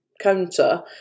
counter